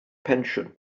pensiwn